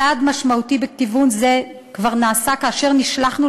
צעד משמעותי בכיוון זה כבר נעשה כאשר נשלחנו